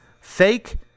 fake